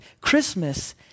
Christmas